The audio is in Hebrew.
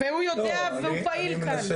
הוא יודע, הוא פעיל כאן.